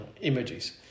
images